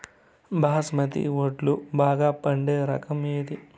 బాస్మతి వడ్లు బాగా పండే రకం ఏది